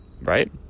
right